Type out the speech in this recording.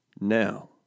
Now